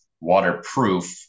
waterproof